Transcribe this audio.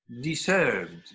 deserved